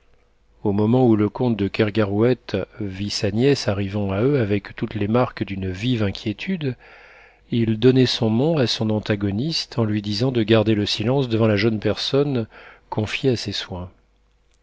au moment où le comte de kergarouët vit sa nièce arrivant à eux avec toutes les marques d'une vive inquiétude il donnait son nom à son antagoniste en lui disant de garder le silence devant la jeune personne confiée à ses soins